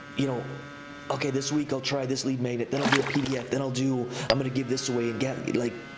you know okay, this week i'll try, this lead made it. then i'll do a pdf. then i'll do, i'm gonna give this away and get, like,